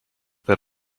that